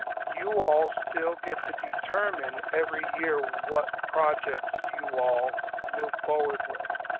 you all still get to determine every year, what projects you all move forward with.